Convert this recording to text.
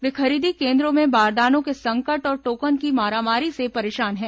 वे खरीदी केन्द्रों में बारदानों के संकट और टोकन की मारामारी से परेशान हैं